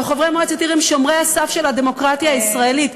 הלוא חברי מועצת עיר הם שומרי הסף של הדמוקרטיה הישראלית.